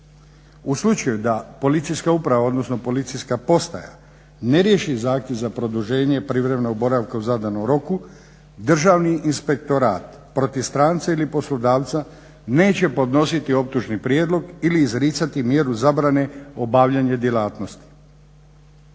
U slučaju da policijska uprava, odnosno policijska postaja ne riješi zahtjev za produženje privremenog boravka u zadanom roku Državni inspektorat protiv stranca ili poslodavca neće podnositi optužni prijedlog ili izricati mjeru zabrane obavljanja djelatnosti.